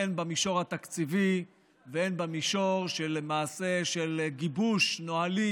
הן במישור התקציבי והן במישור של גיבוש נהלים